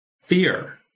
fear